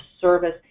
service